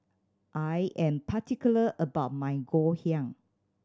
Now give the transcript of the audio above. I am particular about my Ngoh Hiang